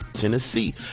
tennessee